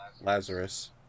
Lazarus